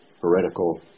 heretical